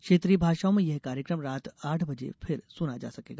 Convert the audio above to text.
क्षेत्रीय भाषाओं में यह कार्यक्रम रात आठ बजे फिर सुना जा सकेगा